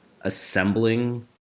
assembling